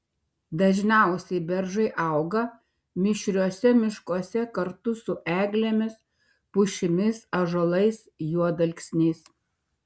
dažniausiai beržai auga mišriuose miškuose kartu su eglėmis pušimis ąžuolais juodalksniais